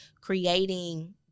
creating